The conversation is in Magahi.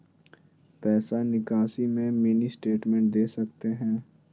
पैसा निकासी में मिनी स्टेटमेंट दे सकते हैं?